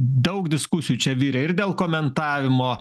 daug diskusijų čia virė ir dėl komentavimo